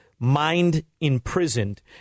mind-imprisoned